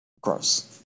gross